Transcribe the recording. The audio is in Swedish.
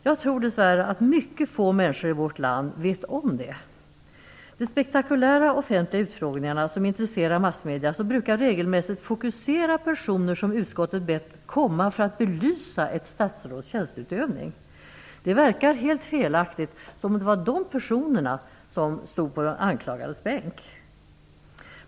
Jag tror dess värre att mycket få människor i vårt land vet om detta. De spektakulära offentliga utfrågningarna som intresserar massmedierna brukar regelmässigt fokuseras på personer som utskottet har bett komma för att belysa ett statsråds tjänsteutövning. Det verkar helt felaktigt som om det var de inbjudna personerna som sitter på de anklagades bänk.